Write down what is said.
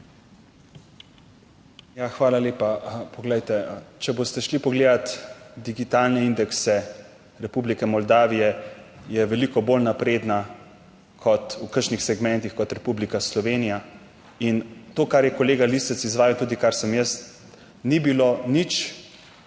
hvala lepa. Poglejte, če boste šli pogledati digitalne indekse Republike Moldavije je veliko bolj napredna kot, v kakšnih segmentih, kot Republika Slovenija. In to kar je kolega Lisec izvajal, tudi kar sem jaz, ni bilo nič